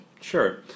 Sure